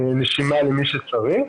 נשימה למי שצריך.